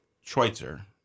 Schweitzer